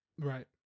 Right